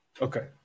Okay